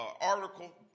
article